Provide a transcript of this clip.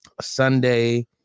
Sunday